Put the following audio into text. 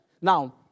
now